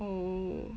oh